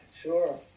Sure